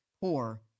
poor